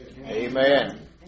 Amen